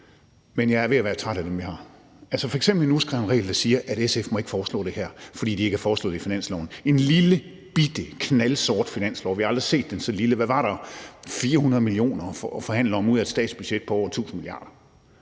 men jeg er ved at være træt af dem, vi har, f.eks. den uskrevne regel, der siger, at SF ikke må foreslå det her, fordi de ikke har foreslået det under finanslovsforhandlingerne. Det var en lillebitte, knaldsort finanslov. Vi har aldrig set en så lille. Var det 400 mio. kr. at forhandle om ud af et statsbudget på over 1.000 mia.